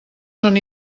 són